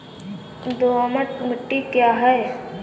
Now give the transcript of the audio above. दोमट मिट्टी क्या है?